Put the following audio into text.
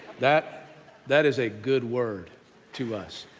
that that is a good word to us.